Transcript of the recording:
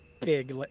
big